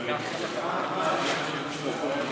כולנו